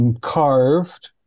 carved